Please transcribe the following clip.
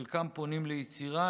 חלקם פונים ליצירה,